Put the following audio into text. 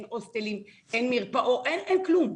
אין הוסטלים, אין מרפאות, אין כלום.